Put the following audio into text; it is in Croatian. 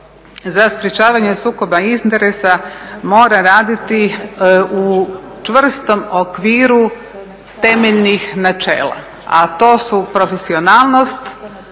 za sprečavanje sukoba interesa mora raditi u čvrstom okviru temeljnih načela, a to su profesionalnost,